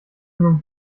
nun